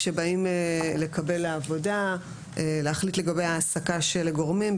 כשבאים לקבל לעבודה ולהחליט לגבי העסקה של הגורמים,